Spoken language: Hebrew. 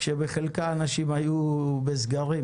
כשבחלקה אנשים היו בסגרים.